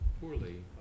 poorly